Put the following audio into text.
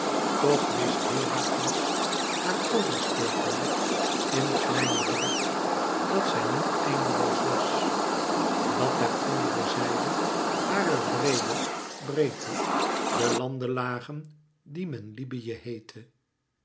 toch wist herakles haar overstekende in kleine bark dat zij niet eindeloos was dat ter andere zijde harer breede breedte de landen lagen die men libyë heette